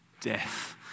death